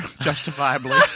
justifiably